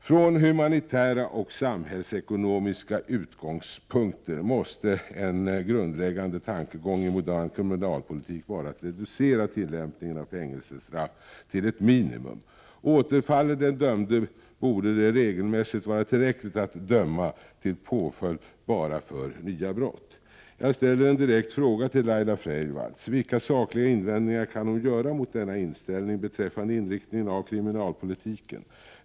Från humanitära och samhällsekonomiska utgångspunkter måste en grundläggande tankegång i modern kriminalpolitik vara att reducera tillämpningen av fängelsestraff till ett minimum. Återfaller den dömde borde det regelmässigt vara tillräckligt att döma till påföljd bara för de nya brotten. Jag ställer en direkt fråga till Laila Freivalds: Vilka sakliga invändningar kan hon göra mot denna inställning beträffande inriktningen av kriminalpolitiken?